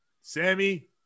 Sammy